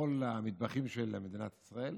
בכל המטבחים של מדינת ישראל,